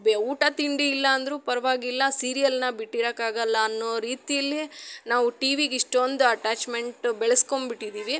ಬೆ ಊಟ ತಿಂಡಿ ಇಲ್ಲ ಅಂದರು ಪರವಾಗಿಲ್ಲ ಸೀರಿಯಲನ್ನ ಬಿಟ್ಟಿರಕ್ಕೆ ಆಗಲ್ಲ ಅನ್ನೋ ರೀತಿಯಲ್ಲಿ ನಾವು ಟಿ ವಿಗೆ ಇಷ್ಟೊಂದು ಅಟ್ಯಾಚ್ಮೆಂಟ್ ಬೆಳೆಸ್ಕೊಂಬಿಟ್ಟಿದ್ದೀವಿ